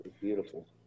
beautiful